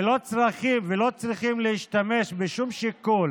ולא צריכים להשתמש בשום שיקול